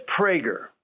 Prager